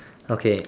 okay